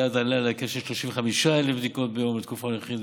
היעד עלה לכ-35,000 בדיקות ביום בתקופה הנוכחית,